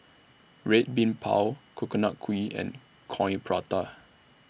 Red Bean Bao Coconut Kuih and Coin Prata